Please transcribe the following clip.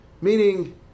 meaning